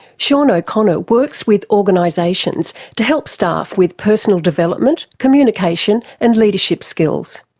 sean o'connor works with organisations to help staff with personal development, communication and leadership skills.